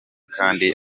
kandi